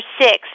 six